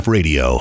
Radio